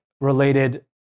related